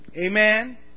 Amen